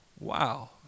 Wow